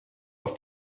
auf